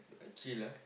a chill lah